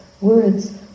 words